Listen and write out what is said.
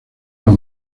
los